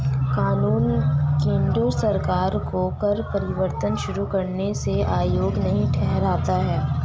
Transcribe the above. कानून केंद्र सरकार को कर परिवर्तन शुरू करने से अयोग्य नहीं ठहराता है